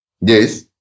yes